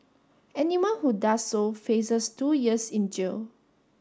animal who does so faces two years in jail